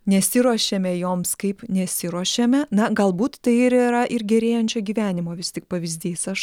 nesiruošiame joms kaip nesiruošėme na galbūt tai ir yra ir gerėjančio gyvenimo vis tik pavyzdys aš